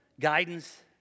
Guidance